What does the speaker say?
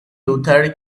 luther